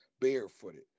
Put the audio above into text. barefooted